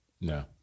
No